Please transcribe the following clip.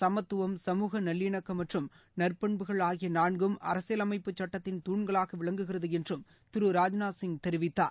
சமத்துவம் சமூக நல்லிணக்கம் மற்றும் நற்பண்புகள் ஆகிய நான்கும் அரசியலமைப்பு சுட்டத்தின் துண்களாக விளங்குகிறது என்றும் திரு ராஜ்நாத் சிங் தெரிவித்தார்